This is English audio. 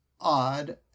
odd